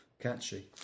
Catchy